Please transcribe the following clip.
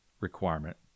requirement